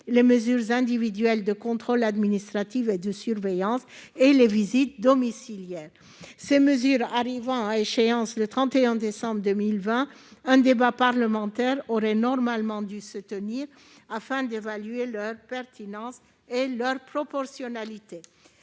les mesures individuelles de contrôle administratif et de surveillance et les visites domiciliaires. Ces mesures arrivant à échéance le 31 décembre 2020, un débat parlementaire aurait normalement dû se tenir, afin d'évaluer leur pertinence et leur proportionnalité.